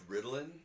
Ritalin